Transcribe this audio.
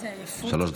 בבקשה, שלוש דקות.